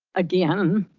again,